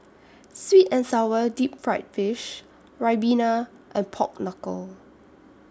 Sweet and Sour Deep Fried Fish Ribena and Pork Knuckle